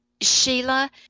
Sheila